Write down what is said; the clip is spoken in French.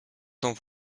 dans